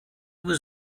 was